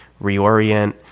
reorient